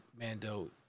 Mando